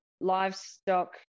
livestock